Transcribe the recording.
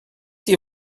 die